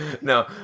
No